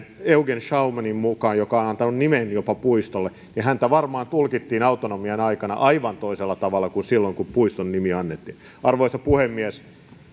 eugen schaumaniin joka on jopa antanut nimen puistolle kulosaaressa häntä varmaan tulkittiin autonomian aikana aivan toisella tavalla kuin silloin kun puiston nimi annettiin arvoisa puhemies myös